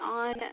on